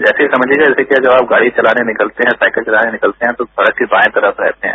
जैसे समझ लीजिये कि जैसे कि जब आप गाड़ी चलाने निकलते हैं साइकिल चलाने निकलते हैं तो सड़क के बायें तरफ रहते हैं